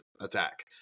attack